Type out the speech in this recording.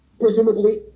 presumably